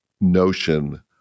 notion